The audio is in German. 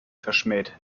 verschmäht